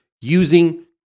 using